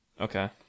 Okay